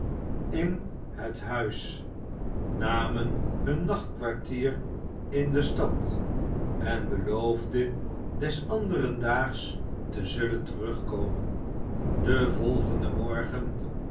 in het huis namen hun nachtkwartier in de stad en beloofden des anderen daags te zullen terugkomen den volgenden morgen